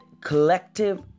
collective